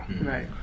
Right